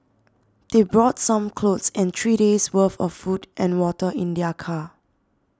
they brought some clothes and three days' worth of food and water in their car